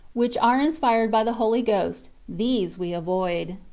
which are inspired by the holy ghost these we avoid.